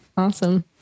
awesome